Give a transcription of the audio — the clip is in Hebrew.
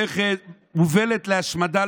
מובלת להשמדה,